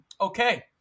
Okay